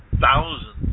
Thousands